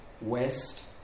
west